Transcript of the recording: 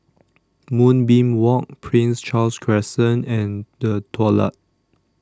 Moonbeam Walk Prince Charles Crescent and The Daulat